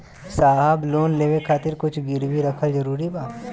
साहब लोन लेवे खातिर कुछ गिरवी रखल जरूरी बा?